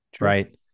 Right